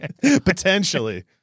Potentially